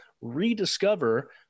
rediscover